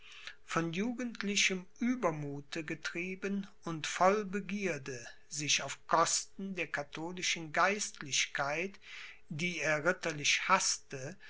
von jugendlichem uebermuthe getrieben und voll begierde sich auf kosten der katholischen geistlichkeit die er ritterlich haßte